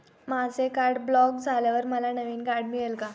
माझे card block झाल्यावर मला नवीन कार्ड मिळेल का?